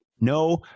No